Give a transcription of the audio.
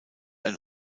ein